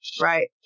Right